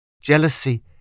Jealousy